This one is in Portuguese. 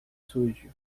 sujo